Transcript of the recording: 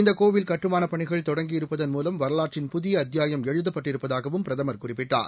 இந்த கோவில் கட்டுமானப் பணிகள் தொடங்கியிருப்பதன் மூலம் வரலாற்றின் புதிய அத்தியாயம் எழுதப்பட்டிருப்பதாகவும் பிரதமர் குறிப்பிட்டார்